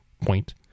point